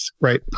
Right